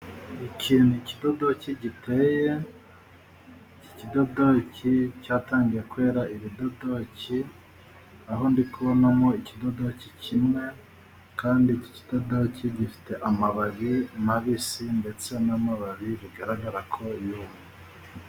Iki ni ikidodoki giteye ,iki kidodoki cyatangiye kwera, ibidodoki aho ndi kubonamo ikidodoki kimwe, kandi iki kidodoki gifite amababi mabisi ,ndetse n'amababi bigaragara ko yumye.